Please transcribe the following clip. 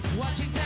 Watching